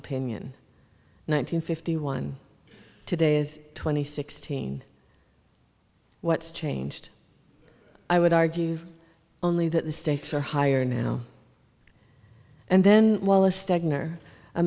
opinion nine hundred fifty one today is twenty sixteen what's changed i would argue only that the stakes are higher now and then